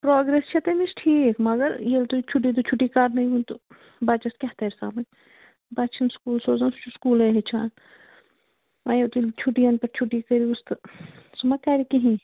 progress چھِ تٔمِس ٹھیٖک مگر ییٚلہِ تُہۍ چھُٹی چھُٹی کرناے ہُن تہٕ بچس کیٛاہ ترِ سمٕجھ چبہٕ چھِنۍ سُکوٗل سوزان سُہ چھُ سُکوٗلے ہیٚچھان وَ ییٚلہِ تُہۍ چھُٹِین پٮ۪ٹھ چھُٹی کٔرہوس تہٕ سُہ ما کَرِ کِہیٖنۍ